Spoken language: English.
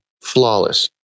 flawless